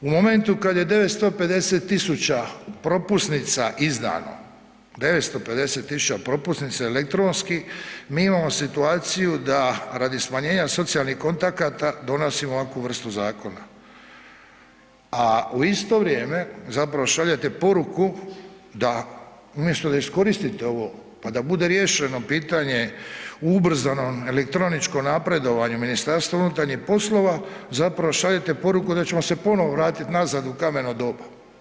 U momentu kad je 950 000 propusnica izdano, 950 000 propusnica elektronski, mi imamo situaciju da radi smanjenja socijalnih kontakata, donosimo ovakvu vrstu zakona, a u isto vrijeme zapravo šaljete poruku da umjesto da iskoristite ovo pa da bude riješeno pitanje u ubrzanom elektroničkom napredovanju MUP-a, zapravo šaljete poruku da ćemo se ponovo vratit nazad u kameno doba.